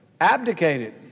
abdicated